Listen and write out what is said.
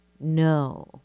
no